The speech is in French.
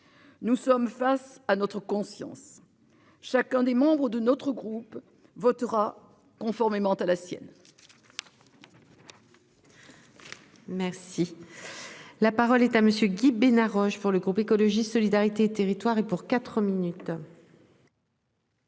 Nous sommes face à notre conscience, chacun des membres de notre groupe votera conformément à la sienne. Merci. La parole est à monsieur Guy Bénard Roche pour le groupe écologiste solidarité et territoires et pour quatre minutes.